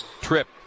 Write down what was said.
Trip